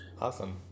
Awesome